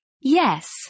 Yes